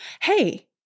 Hey